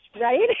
Right